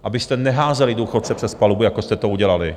Abyste neházeli důchodce přes palubu, jako jste to udělali.